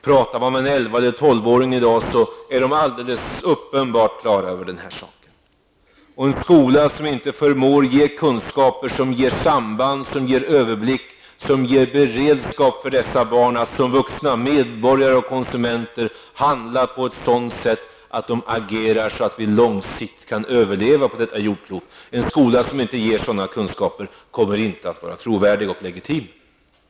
Talar man med en elvaeller tolvåring i dag, inser man att de är helt klara över den här saken. En skola som inte förmår ge kunskaper som ger samband, överblick och beredskap för dessa barn att som vuxna medborgare och konsumenter handla på ett sådant sätt att de agerar så att vi långsiktigt kan överleva på detta jordklot, kommer inte att vara trovärdig och ligitim.